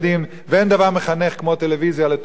ואין דבר מחנך כמו טלוויזיה לטוב ולרע,